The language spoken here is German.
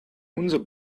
unser